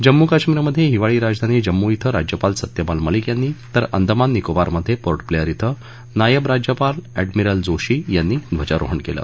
जम्मू कश्मिर मधे हिवाळी राजधानी जम्मू क्वे राज्यपाल सत्यपाल मलिक यांनी तर अंदमान निकोबार मधे पोर्ट ब्लेअर नायब राज्यपाल अँडमिरल जोशी यांनी ध्वजारोहण केलं